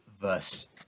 verse